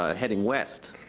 ah heading west,